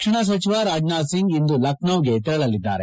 ರಕ್ಷಣಾ ಸಚಿವ ರಾಜನಾಥ್ ಸಿಂಗ್ ಇಂದು ಲಖನೌಗೆ ತೆರಳಲಿದ್ದಾರೆ